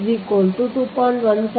ನಂತರ ಏನಾಗುತ್ತದೆ ನೀವು D s 2